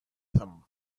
them